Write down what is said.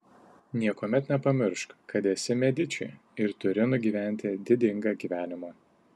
niekuomet nepamiršk kad esi mediči ir turi nugyventi didingą gyvenimą